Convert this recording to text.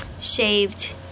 shaved